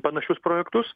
panašius projektus